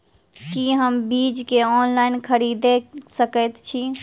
की हम बीज केँ ऑनलाइन खरीदै सकैत छी?